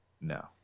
No